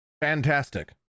Fantastic